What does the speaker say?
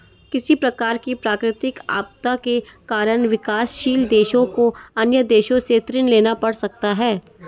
किसी प्रकार की प्राकृतिक आपदा के कारण विकासशील देशों को अन्य देशों से ऋण लेना पड़ सकता है